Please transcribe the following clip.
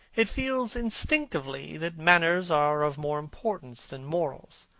it feels instinctively that manners are of more importance than morals,